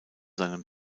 seinem